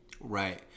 right